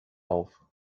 auf